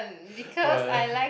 what